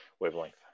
wavelength